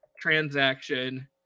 transaction